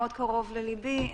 מאוד קרוב לליבי.